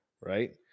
right